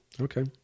okay